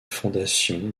fondation